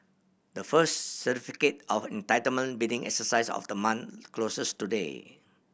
the first Certificate of Entitlement bidding exercise of the month closes today